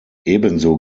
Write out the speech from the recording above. ebenso